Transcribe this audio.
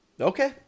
Okay